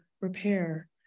repair